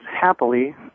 happily